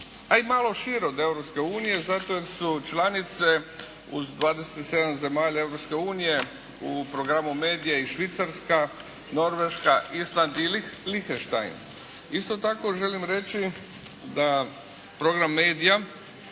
a i malo šire od Europske unije zato jer su članice uz 27 zemalja Europske unije u programu MEDIA i Švicarska, Norveška, Island i Lihenstein. Isto tako, želim reći da program MEDIA